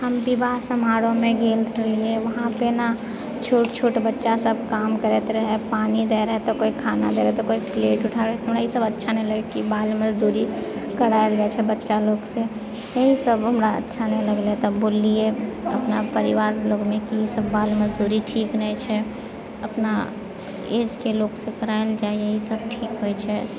हम विवाह समारोहमे गेल रहिऐ वहाँ पे ने छोट छोट बच्चा सब काम करैत रहय पानी दए रहए खाना तऽ कोई खाना दए रहए केओ प्लेट उठाबैत रहए हमरा ई सभ अच्छा नहि लागए कि बाल मजदूरी कराएल जाइ छै बच्चा लोक से इहए सब हमरा अच्छा नहि लगलै तब बोललिए अपना परिवार लोकनि की ई सभ बाल मजदूरी ठीक नहि छै अपना एजके लोक से कराएल जाइ यही सब ठीक होइ छै